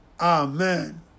Amen